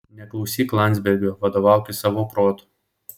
neklausyk landzbergo vadovaukis savo protu